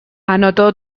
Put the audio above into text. anotó